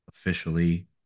Officially